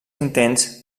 intents